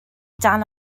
dan